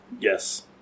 Yes